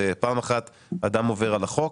פעם אחת אדם עובר על החוק,